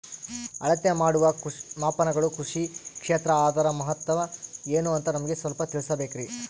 ಅಳತೆ ಮಾಡುವ ಮಾಪನಗಳು ಕೃಷಿ ಕ್ಷೇತ್ರ ಅದರ ಮಹತ್ವ ಏನು ಅಂತ ನಮಗೆ ಸ್ವಲ್ಪ ತಿಳಿಸಬೇಕ್ರಿ?